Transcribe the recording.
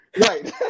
Right